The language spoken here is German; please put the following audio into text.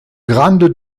grande